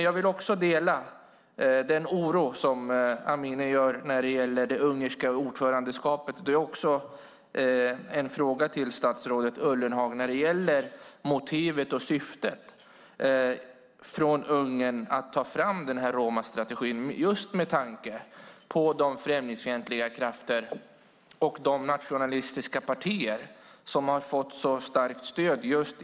Jag delar Amineh Kakabavehs oro vad gäller det ungerska ordförandeskapet. Man kan undra över Ungerns motiv och syfte att ta fram romastrategin med tanke på att främlingsfientliga krafter och nationalistiska partier har så starkt stöd i Ungern.